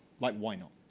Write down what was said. like why not?